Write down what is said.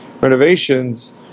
renovations